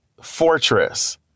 fortress